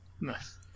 Nice